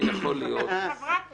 אני חברת כנסת,